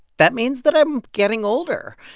that means that i'm getting older,